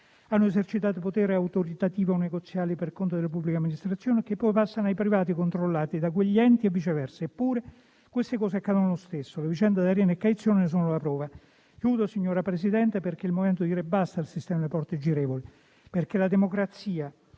hanno esercitato potere autoritativo o negoziale per conto delle pubbliche amministrazioni e che poi passano nei privati controllati da quegli enti e viceversa. Eppure, queste cose accadono lo stesso. Le vicende di Arena e Caizzone ne sono la prova. Concludo, signora Presidente, dicendo che è il momento di dire basta al sistema delle porte girevoli, perché la democrazia